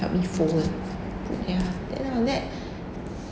help me fold ya then after that